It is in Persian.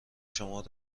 شما